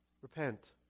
Repent